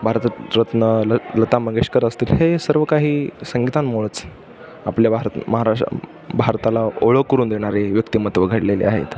भारतरत्न ल लता मंगेशकर असतील हे सर्व काही संगीतांमुळेच आपल्या भारत महाराष्ट्र भारताला ओळख करून देणारे व्यक्तिमत्व घडलेले आहेत